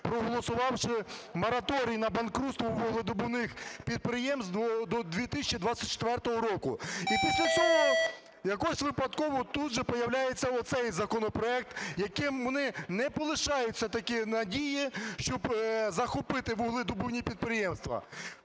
проголосувавши мораторій на банкрутство вугледобувних підприємств до 2024 року. І після цього якось випадково тут же появляється оцей законопроект, яким вони не полишають все-таки надії, щоб захопити вугледобувні підприємства.